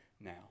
now